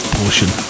portion